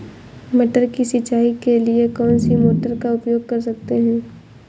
मटर की सिंचाई के लिए कौन सी मोटर का उपयोग कर सकते हैं?